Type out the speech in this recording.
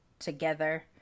together